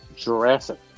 Jurassic